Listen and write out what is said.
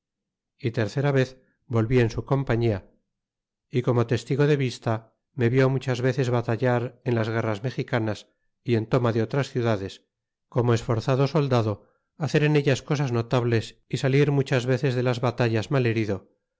y tercera vez volví en su compañia tomo testigo de vista me rió muchas veces batallar en las guerras mexicanas y en tema de otras ciudades como tc ndo soldado hacer en ellas cosas notables y salir mu pres de las batallas mal herido